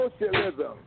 socialism